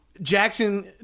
Jackson